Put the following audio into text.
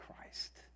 Christ